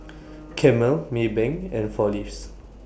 Camel Maybank and four Leaves